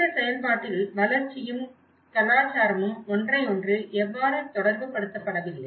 இந்த செயல்பாட்டில் வளர்ச்சியும் கலாச்சாரமும் ஒன்றையொன்று எவ்வாறு தொடர்புபடுத்தப்படவில்லை